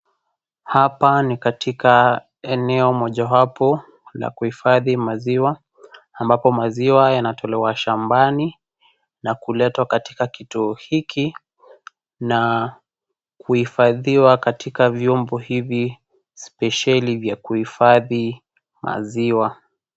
Hapa ni katika eneo mojawapo la kuhifadhi maziwa ambapo maziwa yanatolewa shambani na kuletwa katika kituo hiki na kuhifadhiwa katika vyombo hivi spesheli vya kuhifadhi maziwa.